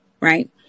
right